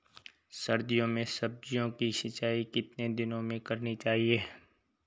सर्दियों में सब्जियों की सिंचाई कितने दिनों में करनी चाहिए?